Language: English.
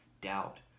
doubt